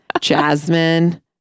Jasmine